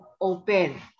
open